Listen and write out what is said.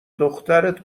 دخترت